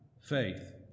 faith